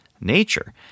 nature